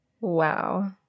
Wow